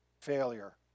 failure